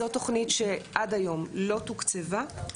זו תוכנית שעד היום לא תוקצבה,